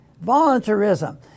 Voluntarism